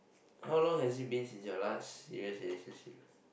how long has it been since your last serious relationship